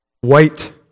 White